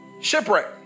shipwreck